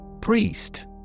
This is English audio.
Priest